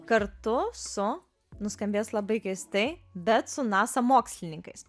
kartu su nuskambės labai keistai bet su nasa mokslininkais